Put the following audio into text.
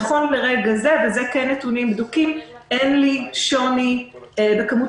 נכון לרגע זה ואלה נתונים בדוקים אין שוני בכמות